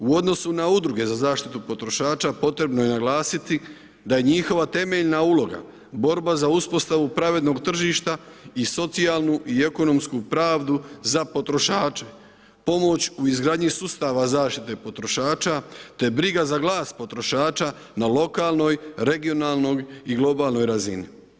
U odnosu na udruge za zaštitu potrošača potrebno je naglasiti da je njihova temeljna uloga borba za uspostavu pravednog tržišta i socijalnu i ekonomsku pravdu za potrošače, pomoć u izgradnji sustava zaštite potrošača, te briga za glas potrošača na lokalnoj, regionalnoj i globalnoj razini.